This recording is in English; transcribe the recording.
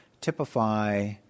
typify